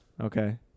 Okay